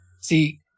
See